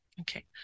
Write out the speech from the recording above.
Okay